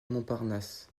montparnasse